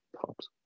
Pops